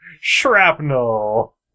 shrapnel